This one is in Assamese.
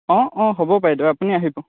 অঁ অঁ হ'ব বাইদেউ আপুনি আহিব